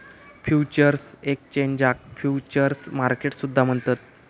futures एक्सचेंजाक futures market सुद्धा म्हणतत